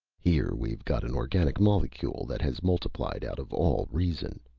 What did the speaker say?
here we've got an organic molecule that has multiplied out of all reason!